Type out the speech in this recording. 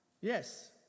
Yes